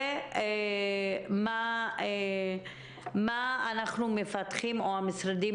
ואיזה תוכניות אלטרנטיביות מפתחים המשרדים